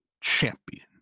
champion